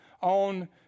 on